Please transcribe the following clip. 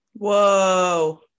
Whoa